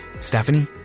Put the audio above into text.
Stephanie